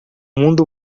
mundo